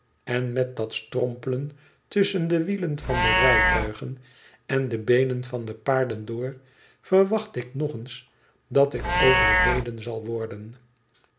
en met dat strompelen tusschen de wielen van de rijtuigen en de beenen van de paarden door verwacht ik nog eens dat ik overreden zal worden